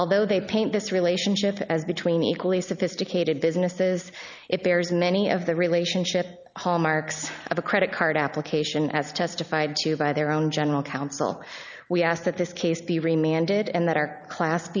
although they paint this relationship as between equally sophisticated businesses it bears many of the relationship hallmarks of a credit card application as testified to by their own general counsel we asked that this case be remain ended and that our class